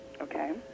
Okay